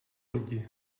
lidi